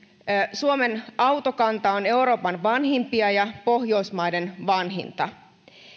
suomen autokanta on euroopan vanhimpia ja pohjoismaiden vanhinta